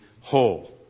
whole